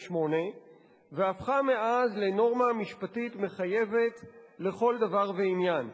והפכה מאז לנורמה משפטית מחייבת לכל דבר ועניין.